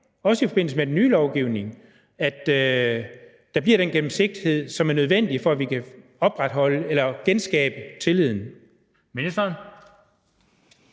også i forbindelse med den nye lovgivning, at der bliver den gennemsigtighed, som er nødvendig, for at vi kan genskabe tilliden.